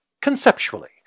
conceptually